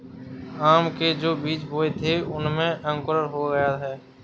आम के जो बीज बोए थे उनमें अंकुरण हो गया है